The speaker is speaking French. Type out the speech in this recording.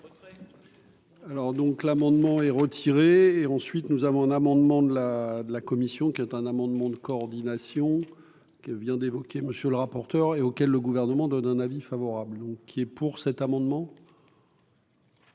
Alors donc, l'amendement est retiré et ensuite, nous avons un amendement de la de la commission qui est un amendement de coordination que vient d'évoquer monsieur le rapporteur, et auquel le gouvernement donne un avis favorable ou qui est pour cet amendement.